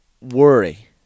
worry